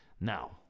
now